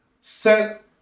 set